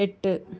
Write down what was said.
എട്ട്